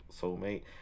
soulmate